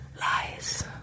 Lies